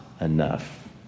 enough